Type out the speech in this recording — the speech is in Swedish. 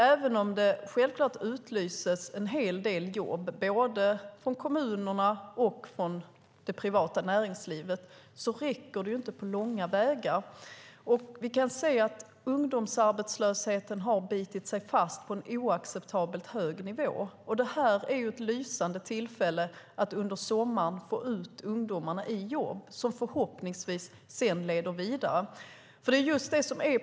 Även om det självklart utlyses en hel del jobb från kommunerna och från det privata näringslivet räcker det inte på långa vägar. Vi kan se att ungdomsarbetslösheten har bitit sig fast på en oacceptabelt hög nivå. Det här är ett lysande tillfälle att under sommaren få ut ungdomarna i jobb, som förhoppningsvis sedan leder vidare.